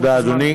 תודה, אדוני.